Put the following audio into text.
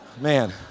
Man